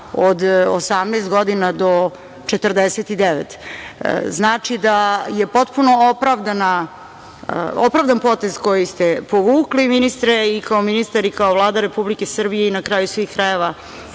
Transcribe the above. od 18 godina do 49. Znači da je potpuno opravdan potez koji ste povukli, ministre, i kao ministar i kao Vlada Republike Srbije i na kraju svih krajeva